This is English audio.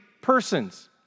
persons